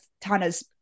tana's